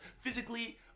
physically